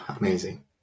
Amazing